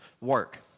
work